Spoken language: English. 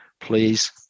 Please